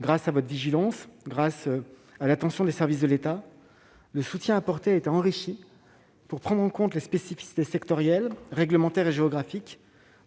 Grâce à votre vigilance et à l'attention des services de l'État, le soutien apporté a été enrichi, pour prendre en compte les spécificités sectorielles, réglementaires et géographiques